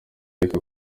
areka